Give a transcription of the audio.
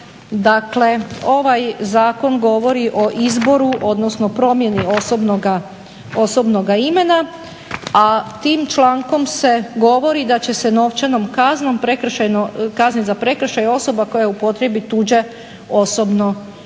dakle ovaj zakon govori o izboru odnosno promjeni osobnoga imena, a tim člankom se govori da će se novčanom kaznom kaznit za prekršaj osoba koja upotrijebi tuđe osobno ime.